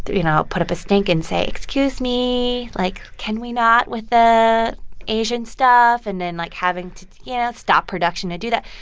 you know, put up a stink and say excuse me, like, can we not with the asian stuff? and then like having to yeah stop production to do that.